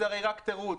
זה הרי רק תירוץ.